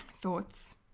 thoughts